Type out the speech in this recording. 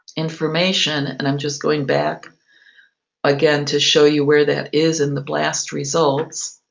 information and i'm just going back again to show you where that is in the blast results.